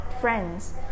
friends